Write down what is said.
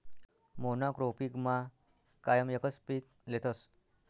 मोनॉक्रोपिगमा कायम एकच पीक लेतस